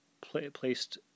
placed